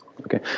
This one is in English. Okay